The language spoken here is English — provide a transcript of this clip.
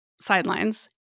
sidelines